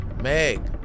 Meg